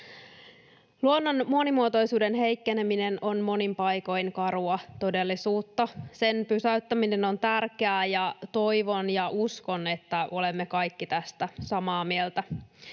Luonnon monimuotoisuuden heikkeneminen on monin paikoin karua todellisuutta. Sen pysäyttäminen on tärkeää, ja toivon ja uskon, että olemme kaikki tästä samaa mieltä.